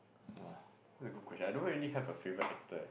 !wah! that's a good question I don't really have a favourite actor eh